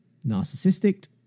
narcissistic